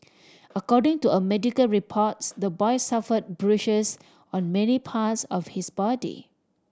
according to a medical reports the boy suffered bruises on many parts of his body